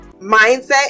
mindset